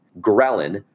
ghrelin